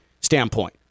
standpoint